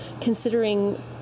considering